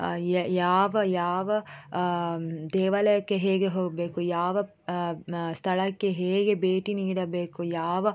ಯಾವ ಯಾವ ದೇವಾಲಯಕ್ಕೆ ಹೇಗೆ ಹೋಗಬೇಕು ಯಾವ ಮ ಸ್ಥಳಕ್ಕೆ ಹೇಗೆ ಭೇಟಿ ನೀಡಬೇಕು ಯಾವ